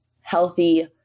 healthy